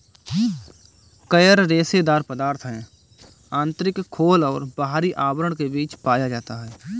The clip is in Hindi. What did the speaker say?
कयर रेशेदार पदार्थ है आंतरिक खोल और बाहरी आवरण के बीच पाया जाता है